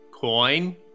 Coin